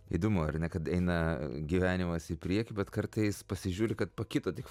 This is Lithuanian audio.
įdomu ar ne kad eina gyvenimas į priekį bet kartais pasižiūri kad pakito tik